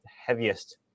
heaviest